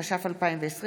התש"ף 2020,